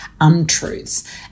untruths